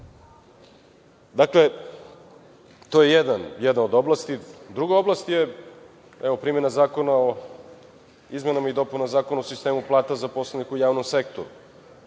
Dakle, to je jedna od oblasti. Druga oblast je, evo, primena Zakona o izmenama i dopunama Zakona o sistemu plata za poslove u javnom sektoru,